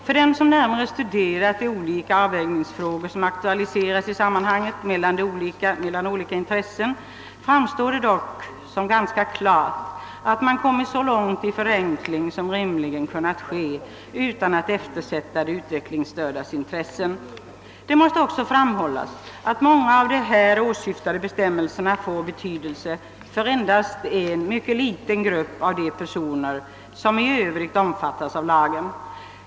För den som närmare studerat de avvägningar mellan olika intressen som aktualiserats i sammanhanget framstår det dock som ganska klart att man kommit så långt i förenkling som rimligen kunnat ske utan att de utvecklingsstördas intressen eftersättes. Det måste också framhållas att många av bestämmelserna får betydelse endast för en liten grupp av de personerf som i övrigt omfattas av lagen.